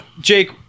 Jake